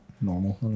normal